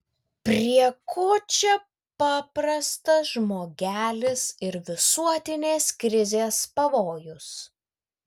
prie ko čia paprastas žmogelis ir visuotinės krizės pavojus